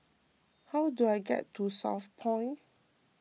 how do I get to Southpoint